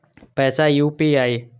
पैसा यू.पी.आई?